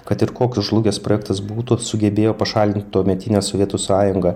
kad ir koks žlugęs projektas būtų sugebėjo pašalinti tuometinę sovietų sąjungą